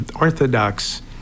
Orthodox